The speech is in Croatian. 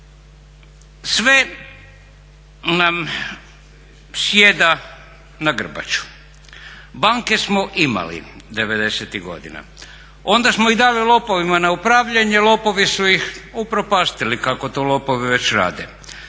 Sve nam sjeda na grbaču. Banke smo imali '90.-ih godina, onda smo ih dali lopovima na upravljanje, lopovi su ih upropastili kako to lopovi već rade.